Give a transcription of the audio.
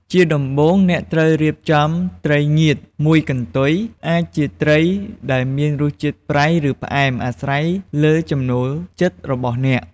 ជាដំបូង អ្នកត្រូវរៀបចំត្រីងៀតមួយកន្ទុយ អាចជាត្រីដែលមានរសជាតិ ប្រៃ ឬផ្អែម អាស្រ័យលើចំណូលចិត្តរបស់អ្នក។